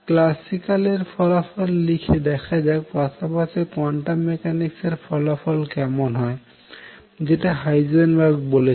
classical এর ফলাফল লিখে দেখাযাক পাশাপাশি কোয়ান্টাম মেকানিক্স এর ফলাফল কেমন হয় যেটা হাইজেনবার্গ বলেছেন